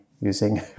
using